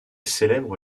célèbre